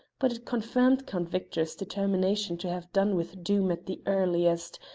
but it confirmed count victor's determination to have done with doom at the earliest,